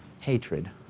hatred